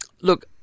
look